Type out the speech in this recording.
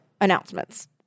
Announcements